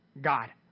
God